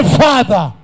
father